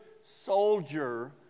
soldier